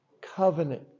Covenant